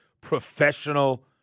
professional